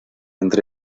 entre